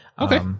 Okay